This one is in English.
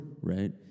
right